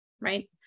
right